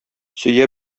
сөя